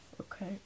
okay